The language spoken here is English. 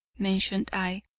mentioned i,